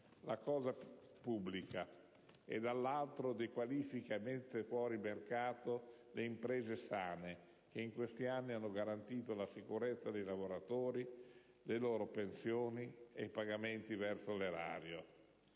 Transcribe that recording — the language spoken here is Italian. la cosa pubblica e dall'altro di dequalificare e mettere fuori mercato le imprese sane che in questi anni hanno garantito la sicurezza dei lavoratori, le loro pensioni ed i pagamenti verso l'erario.